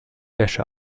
wäsche